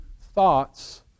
thoughts